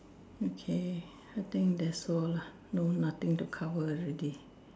okay I think there's all lah no nothing to cover already